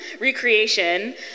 Recreation